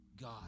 God